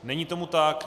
Není tomu tak.